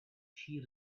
she